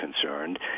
concerned